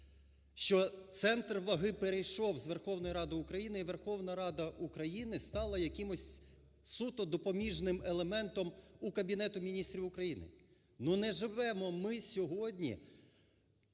що центр ваги перейшов з Верховної Ради України і Верховна Рада України стала якимось суто допоміжним елементом у Кабінета Міністрів України. Ну, не живемо ми сьогодні